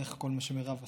דרך כל מה שמירב עשתה,